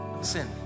sin